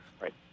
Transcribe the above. right